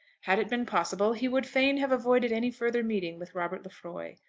had it been possible, he would fain have avoided any further meeting with robert lefroy.